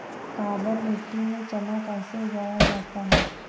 काबर मिट्टी में चना कैसे उगाया जाता है?